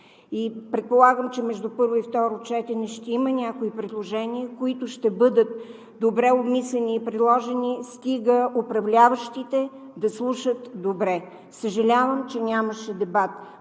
Предполагам, че между първо и второ четене ще има някои предложения, които ще бъдат добре обмислени, стига управляващите да слушат добре. Съжалявам, че нямаше дебат.